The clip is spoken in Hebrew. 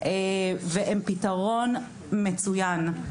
הן פתרון מצוין.